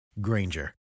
Granger